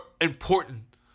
important